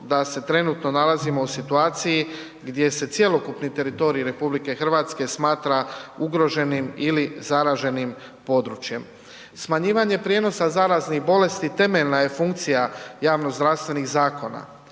da se trenutno nalazimo u situaciji gdje se cjelokupni teritorij RH smatra ugroženim ili zaraženim područjem. Smanjivanje prijenosa zaraznih bolesti temeljna je funkcija javnozdravstvenih zakona.